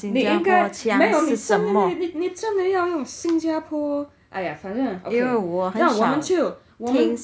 你因该没有你真的你真的要用新加坡 !aiya! 反正 okay 那我们就我们